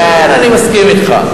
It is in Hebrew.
כן, אני מסכים אתך.